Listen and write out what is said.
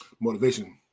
Motivation